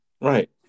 Right